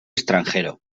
extranjero